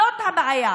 זאת הבעיה,